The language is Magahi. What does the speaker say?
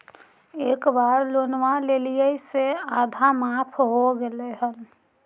एक बार लोनवा लेलियै से आधा माफ हो गेले हल?